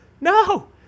No